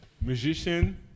musician